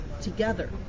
together